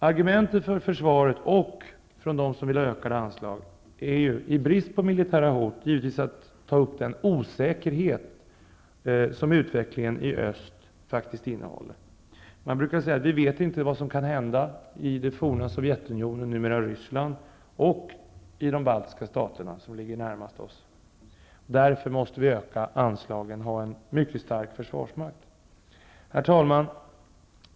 Argumentet för försvaret från dem som vill ha ökade anslag är, i brist på militära hot, givetvis den osäkerhet som utvecklingen i öst faktiskt innehåller. Man brukar säga att vi vet inte vad som kan hända i det forna Sovjetunionen, numera Ryssland, och i de baltiska staterna, som ligger närmast oss. Därför måste vi öka anslagen och ha en mycket stark försvarsmakt. Herr talman!